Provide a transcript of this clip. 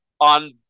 on